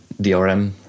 DRM